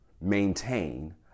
maintain